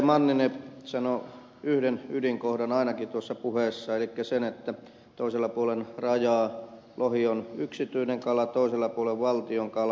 manninen sanoi yhden ydinkohdan ainakin tuossa puheessa elikkä sen että toisella puolen rajaa lohi on yksityinen kala toisella puolella valtion kala